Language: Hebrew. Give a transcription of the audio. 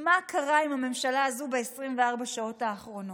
מה קרה עם הממשלה הזו ב-24 שעות האחרונות.